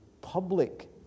public